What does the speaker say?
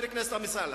חבר הכנסת אמסלם,